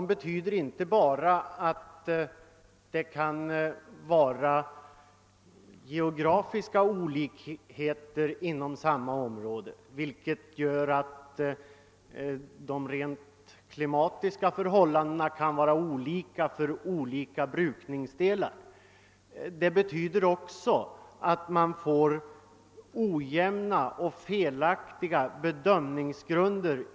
Inom samma område kan det vara geografiska olikheter som gör de klimatiska förhållandena olika för olika brukningsdelar. Det gör att bedömningsgrunderna blir felaktiga för vissa gårdar.